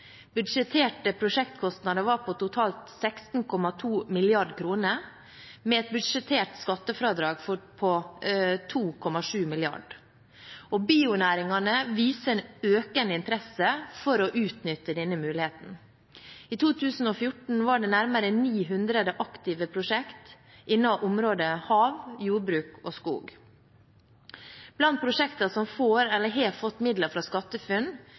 Budsjetterte prosjektkostnader var på totalt 16,2 mrd. kr, med et budsjettert skattefradrag på 2,7 mrd. kr. Bionæringene viser en økende interesse for å utnytte denne muligheten. I 2014 var det nærmere 900 aktive prosjekter innen områdene hav, jordbruk og skog. Blant prosjekter som får eller har fått midler fra SkatteFUNN,